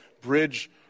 bridge